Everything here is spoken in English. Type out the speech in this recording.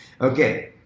Okay